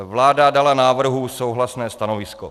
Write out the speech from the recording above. Vláda dala návrhu souhlasné stanovisko.